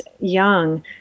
young